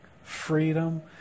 Freedom